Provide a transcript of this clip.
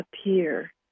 appear